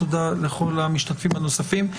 תודה לכל המשתתפים הנוספים,